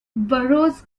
burrows